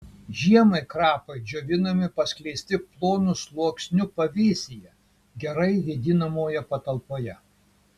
žiemai krapai džiovinami paskleisti plonu sluoksniu pavėsyje gerai vėdinamoje patalpoje